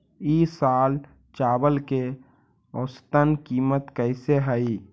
ई साल चावल के औसतन कीमत कैसे हई?